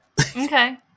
Okay